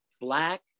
black